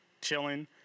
chilling